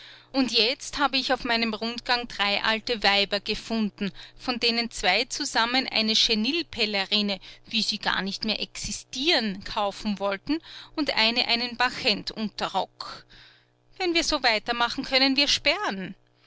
und jetzt habe ich auf meinem rundgang drei alte weiber gefunden von denen zwei zusammen eine chenillepelerine wie sie gar nicht mehr existieren kaufen wollten und eine einen barchentunterrock wenn wir so weitermachen können wir sperren